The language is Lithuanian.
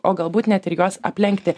o galbūt net ir juos aplenkti